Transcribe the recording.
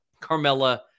Carmella